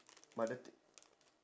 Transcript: but the t~